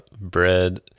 bread